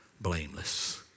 blameless